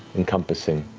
encompassing.